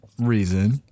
reason